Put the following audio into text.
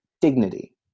dignity